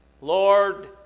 Lord